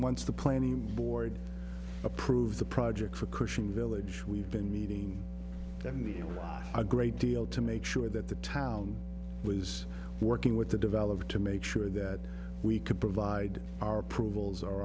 once the plenty board approved the project for cushing village we've been meeting that need a great deal to make sure that the town was working with the developer to make sure that we could provide our approvals our